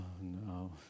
no